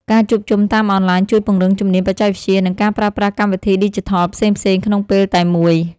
ការជួបជុំតាមអនឡាញជួយពង្រឹងជំនាញបច្ចេកវិទ្យា និងការប្រើប្រាស់កម្មវិធីឌីជីថលផ្សេងៗក្នុងពេលតែមួយ។